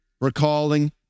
recalling